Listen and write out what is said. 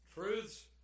Truths